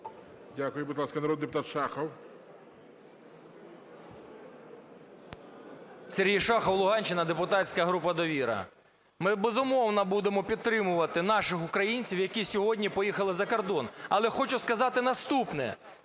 Дякую. Будь ласка, народний депутат Шахов. 13:39:46 ШАХОВ С.В. Сергій Шахов, Луганщина, депутатська група "Довіра". Ми, безумовно, будемо підтримувати наших українців, які сьогодні поїхали за кордон. Але хочу сказати наступне.